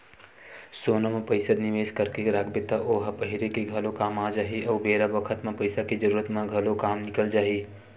सोना म पइसा निवेस करके राखबे त ओ ह पहिरे के घलो काम आ जाही अउ बेरा बखत म पइसा के जरूरत म घलो काम निकल जाही